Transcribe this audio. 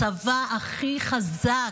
הצבא הכי חזק.